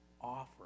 offer